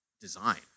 design